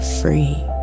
free